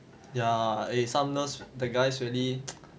yeah eh some nurse the guys really